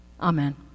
Amen